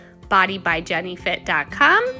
bodybyjennyfit.com